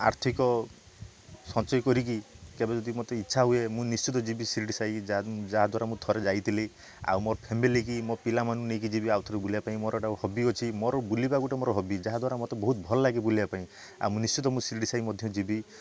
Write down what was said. ଆର୍ଥିକ ସଞ୍ଚୟ କରିକି କେବେ ଯଦି ମତେ ଇଚ୍ଛା ହୁଏ ମୁଁ ନିଶ୍ଚିନ୍ତ ଯିବି ଶିରିଡ଼ି ସାଇ ଯାହା ଯାହାଦ୍ୱାରା ମୁଁ ଥରେ ଯାଇଥିଲି ଆଉ ମୋ ଫ୍ୟାମିଲି କି ମୋ ପିଲାମାନଙ୍କୁ ନେଇକି ଯିବି ଆଉ ଥରେ ବୁଲିବା ପାଇଁ ମୋର ଏଇଟା ହବି ଅଛି ମୋର ବୁଲିବା ଗୋଟେ ମୋର ହବି ଯାହାଦ୍ୱାରା ମତେ ବହୁତ ଭଲ ଲାଗେ ବୁଲିବା ପାଇଁ ଆଉ ମୁଁ ନିଶ୍ଚିନ୍ତ ମୁଁ ଶିରିଡ଼ି ସାଇ ମଧ୍ୟ ଯିବି